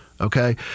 okay